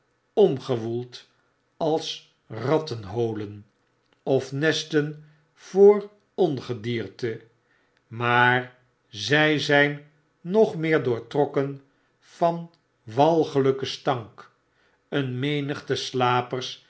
omgewoeld als rattenholen of nesten voor ongedierte maar zy zyn nog meer doortrokken van walgelyken stank een menigte slapers